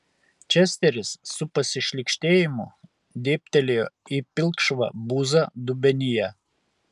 česteris su pasišlykštėjimu dėbtelėjo į pilkšvą buzą dubenyje